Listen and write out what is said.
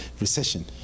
recession